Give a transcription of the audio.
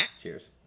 Cheers